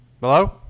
Hello